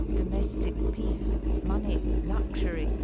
do mestic peace, money, luxury,